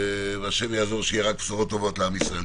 והשם יעזור שיהיו רק בשורות טובות לעם ישראל.